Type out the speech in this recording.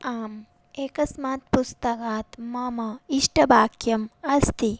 आम् एकस्मात् पुस्तकात् मम इष्टवाक्यम् अस्ति